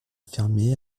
fermé